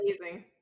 amazing